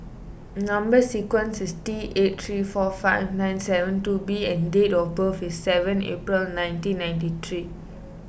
Number Sequence is T eight three four five nine seven two B and date of birth is seven April nineteen ninety three